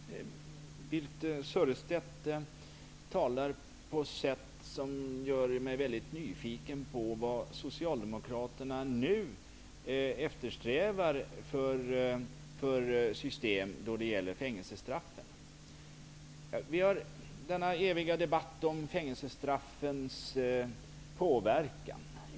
Herr talman! Birthe Sörestedt talar på ett sätt som gör mig väldigt nyfiken på vad Socialdemokraterna nu eftersträvar för system då det gäller fängelsestraffen. Vi har denna eviga debatt om fängelsestraffens påverkan.